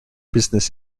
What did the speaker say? business